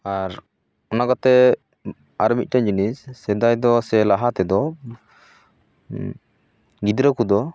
ᱟᱨ ᱚᱱᱟ ᱠᱟᱛᱮ ᱟᱨ ᱢᱤᱫᱴᱮᱱ ᱡᱤᱱᱤᱥ ᱥᱮᱫᱟᱭ ᱫᱚ ᱥᱮ ᱞᱟᱦᱟ ᱛᱮᱫᱚ ᱜᱤᱫᱽᱨᱟᱹ ᱠᱚᱫᱚ